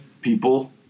people